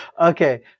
Okay